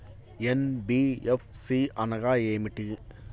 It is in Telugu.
ఎన్.బీ.ఎఫ్.సి అనగా ఏమిటీ?